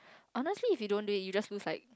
honestly if you don't do it you just lose like